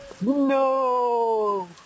No